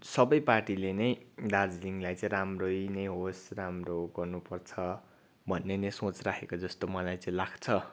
सबै पार्टीले नै दार्जिलिङलाई चाहिँ राम्रै नै होस् राम्रो गर्नु पर्छ भन्ने नै सोच राखेको जस्तो मलाई चाहिँ लाग्छ